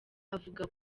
avuga